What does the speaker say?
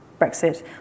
Brexit